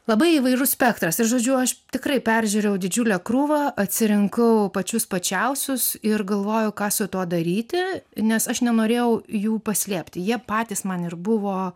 labai įvairus spektras ir žodžiu aš tikrai peržiūrėjau didžiulę krūvą atsirinkau pačius pačiausius ir galvojau ką su tuo daryti nes aš nenorėjau jų paslėpti jie patys man ir buvo